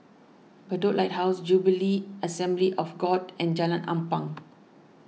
Bedok Lighthouse Jubilee Assembly of God and Jalan Ampang